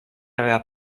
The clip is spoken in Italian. aveva